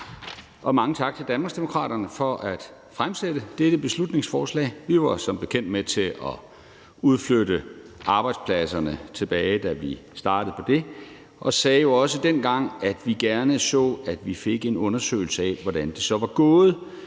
Og mange tak til Danmarksdemokraterne for at fremsætte dette beslutningsforslag. Vi var som bekendt med til at udflytte arbejdspladserne, tilbage da vi startede på det, og sagde jo også dengang, at vi gerne så, at vi fik en undersøgelse af, hvordan det så var gået